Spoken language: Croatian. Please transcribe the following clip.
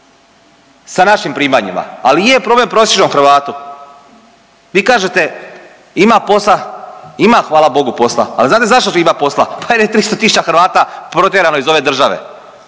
sa našim primanjima, ali je problem prosječnom Hrvatu. Vi kažete, ima posla. Ima, hvala Bogu posla. A znate zašto ima posla? Pa jer je 300 tisuća Hrvata protjerano iz ove države.